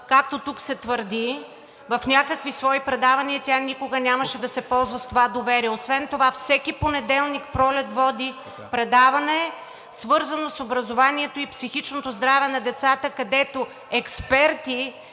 както тук се твърди, в някакви свои предавания, тя никога нямаше да се ползва с това доверие. Освен това всеки понеделник Пролет води предаване, свързано с образованието и психичното здраве на децата, където експерти